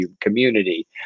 community